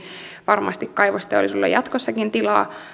varmasti kaivosteollisuudelle on jatkossakin tilaa